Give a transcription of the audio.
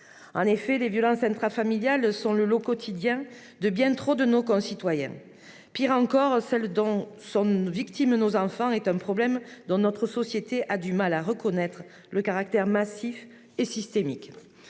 Les violences intrafamiliales sont le quotidien d'un trop grand nombre de nos concitoyens. Pire encore, celles dont sont victimes nos enfants posent un problème dont notre société a du mal à reconnaître le caractère massif et systémique.